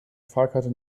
fahrkarte